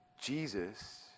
Jesus